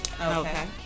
Okay